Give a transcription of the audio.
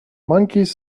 monkeys